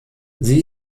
sie